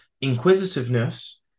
inquisitiveness